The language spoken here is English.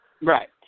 Right